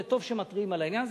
זה טוב שמתריעים על העניין הזה.